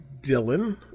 Dylan